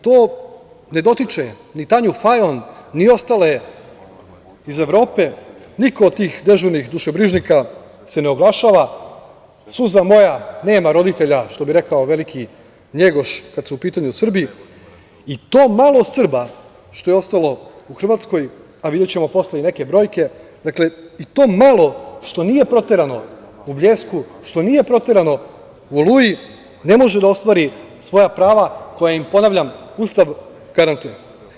To ne dotiče ni Tanju Fajon ni ostale iz Evrope, niko od tih dežurnih dušebrižnika se ne oglašava, „suza moja nema roditelja“, što bi rekao veliki Njegoš kad su u pitanju Srbi i to malo Srba što je ostalo u Hrvatskoj, a videćemo posle i neke brojke, i to malo što nije proterano u „Bljesku“, što nije proterano u „Oluji“, ne može da ostvari svoja prava koja im, ponavljam, Ustav garantuje.